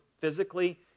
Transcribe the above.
physically